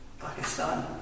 Pakistan